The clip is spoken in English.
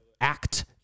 act